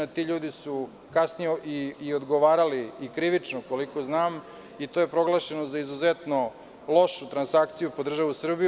Ti ljudi su kasnije odgovarali i krivično, koliko znam i to je proglašeno za izuzetno lošu transkaciju po državu Srbiju.